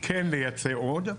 כן לייצא עוד,